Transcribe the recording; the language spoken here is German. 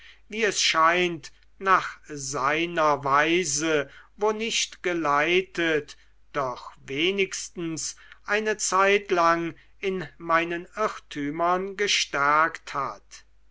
wie es scheint nach seiner weise wo nicht geleitet doch wenigstens eine zeitlang in meinen irrtümern gestärkt hat